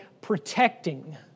protecting